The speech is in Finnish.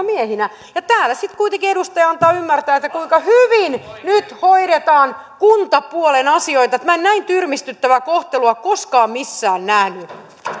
miehinä täällä sitten kuitenkin edustaja antaa ymmärtää kuinka hyvin nyt hoidetaan kuntapuolen asioita minä en näin tyrmistyttävää kohtelua ole koskaan missään nähnyt